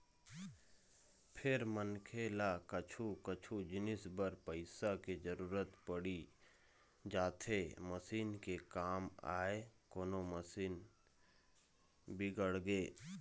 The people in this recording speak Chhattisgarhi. फेर मनखे ल कछु कछु जिनिस बर पइसा के जरुरत पड़ी जाथे मसीन के काम आय कोनो मशीन बिगड़गे